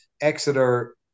Exeter